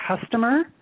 customer